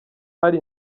hari